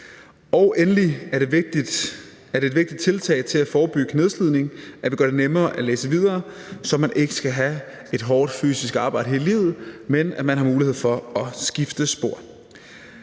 Endelig er det et vigtigt tiltag til at forebygge nedslidning, at vi gør det nemmere at læse videre, så man ikke skal have et hårdt fysisk arbejde hele livet, men at man har mulighed for at skifte spor.